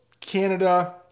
Canada